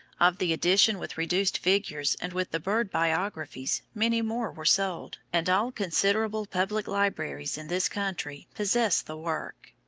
of the edition with reduced figures and with the bird biographies, many more were sold, and all considerable public libraries in this country possess the work.